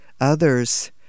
Others